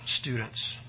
students